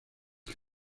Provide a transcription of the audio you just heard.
los